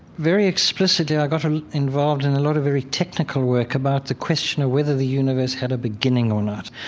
very explicitly, i got um involved in a lot of very technical work about the question of whether the universe had a beginning or not.